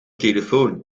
telefoon